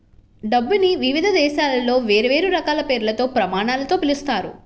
డబ్బుని వివిధ దేశాలలో వేర్వేరు రకాల పేర్లతో, ప్రమాణాలతో పిలుస్తారు